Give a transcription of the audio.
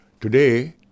Today